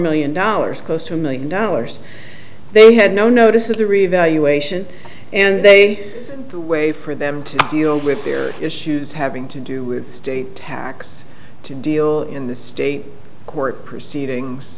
million dollars close to a million dollars they had no notice of the revaluation and they wait for them to deal with their issues having to do with state tax to deal in the state court proceedings